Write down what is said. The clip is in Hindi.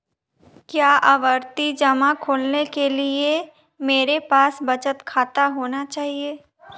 क्या आवर्ती जमा खोलने के लिए मेरे पास बचत खाता होना चाहिए?